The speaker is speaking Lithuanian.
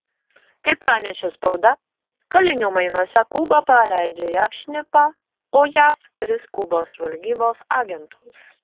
kaip pranešė spauda kalinių mainuose kuba paleidžia jav šnipą o jav tris kubos žvalgybos agentus